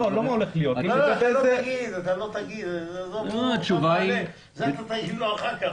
את זה תגיד לו אחר כך.